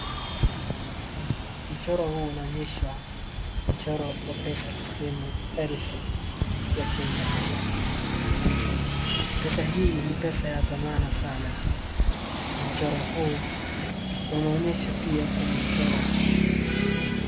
Mchoro huu unaonyesha mchoro wa pesa tasilimu elfu ya Kenya. Pesa hii ni pesa ya dhamana sana. Mchoro huu pia uanonyesha kwenye mchoro.